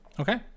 Okay